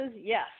yes